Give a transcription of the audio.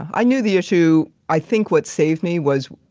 i knew the issue. i think what saved me was,